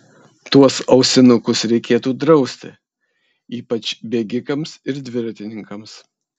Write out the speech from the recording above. tuos ausinukus reikėtų drausti ypač bėgikams ir dviratininkams